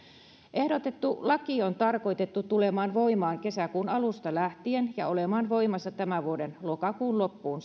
ehdotettu laki on tarkoitettu tulemaan voimaan kesäkuun alusta lähtien ja olemaan voimassa tämän vuoden lokakuun loppuun